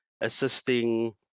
assisting